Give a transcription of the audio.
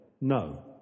No